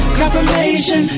confirmation